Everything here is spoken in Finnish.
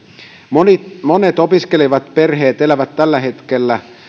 monet monet opiskelevat perheet elävät tällä hetkellä